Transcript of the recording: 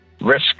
risk